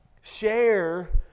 share